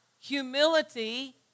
Humility